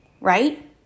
right